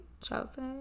Chelsea